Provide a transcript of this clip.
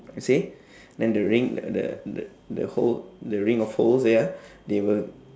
you see then the ring the the the the hole the ring of holes ya they will